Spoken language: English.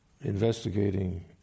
investigating